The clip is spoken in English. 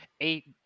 eight